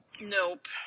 Nope